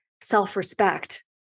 self-respect